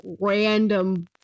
random